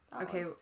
Okay